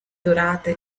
dorate